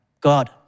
God